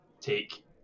take